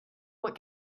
what